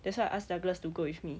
that's why I ask douglas to go with me